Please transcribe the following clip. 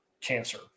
cancer